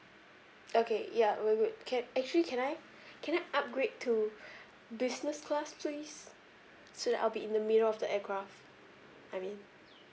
okay ya we would can actually can I can I upgrade to business class please so that I'll be in the middle of the aircraft I mean